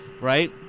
Right